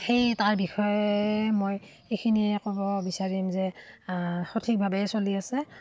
সেই তাৰ বিষয়ে মই এইখিনিয়ে ক'ব বিচাৰিম যে সঠিকভাৱেই চলি আছে